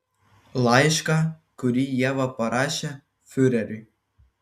laišką kurį ieva parašė fiureriui